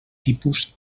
tipus